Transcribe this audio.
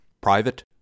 Private